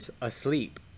asleep